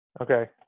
Okay